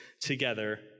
together